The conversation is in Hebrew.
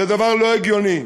זה דבר לא הגיוני.